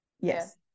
Yes